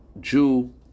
Jew